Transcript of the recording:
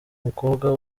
umukobwa